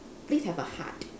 please have a heart